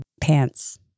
pants